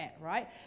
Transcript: right